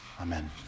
Amen